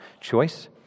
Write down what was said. choice